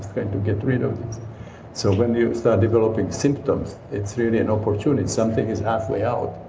and to get rid of this. so when you start developing symptoms it's really an opportunity something is halfway out.